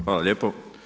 Hvala lijepo.